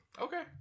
Okay